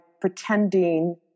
pretending